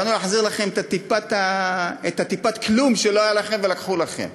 באנו להחזיר לכם את הטיפת-כלום שלא היה לכם ולקחו מכם,